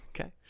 Okay